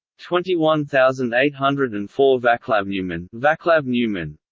twenty one thousand eight hundred and four vaclavneumann vaclavneumann